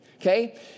okay